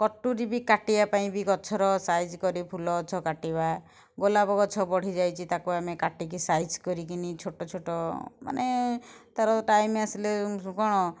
କଟୁରୀ ବି କାଟିବା ପାଇଁ ବି ଗଛର ସାଇଜ୍ କରି ଫୁଲ ଗଛ କାଟିବା ଗୋଲାପ ଗଛ ବଢ଼ିଯାଇଛି ତାକୁ ଆମେ କାଚିକି ସାଇଜ୍ କରିକି ଛୋଟଛୋଟ ମାନେ ତା'ର ଟାଇମ୍ ଆସିଲେ ସୁ କଣ